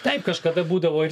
taip kažkada būdavo ir